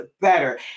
better